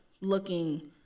looking